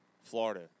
Florida